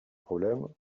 problèmes